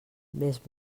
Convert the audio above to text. més